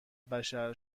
بشر